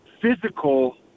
physical